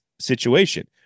situation